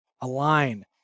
Align